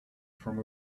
from